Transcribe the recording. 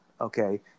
Okay